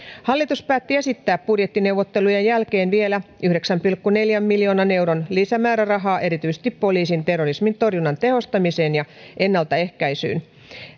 hallitus päätti esittää budjettineuvottelujen jälkeen vielä yhdeksän pilkku neljän miljoonan euron lisämäärärahaa erityisesti poliisin terrorismin torjunnan tehostamiseen ja ennaltaehkäisyyn